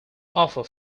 offer